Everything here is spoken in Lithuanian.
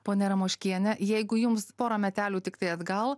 ponia ramoškiene jeigu jums porą metelių tiktai atgal